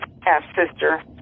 half-sister